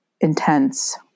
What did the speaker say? intense